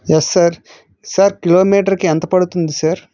yes sir sir కిలోమీటర్కి ఎంత పడుతుంది సార్